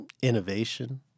innovation